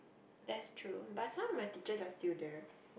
that's true but some of my teachers are still there